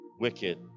wicked